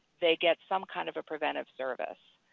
they get some kind of a preventive service.